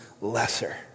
lesser